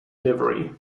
livery